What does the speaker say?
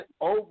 over